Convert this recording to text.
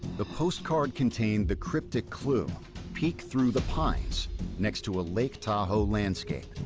the postcard contained the cryptic clue peek through the pines next to a lake tahoe landscape.